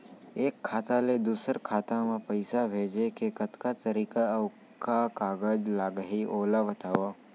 एक खाता ले दूसर खाता मा पइसा भेजे के कतका तरीका अऊ का का कागज लागही ओला बतावव?